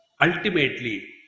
Ultimately